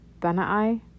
Benai